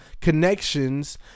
connections